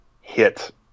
hit